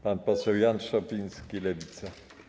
Pan poseł Jan Szopiński, Lewica.